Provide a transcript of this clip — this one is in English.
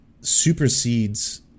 supersedes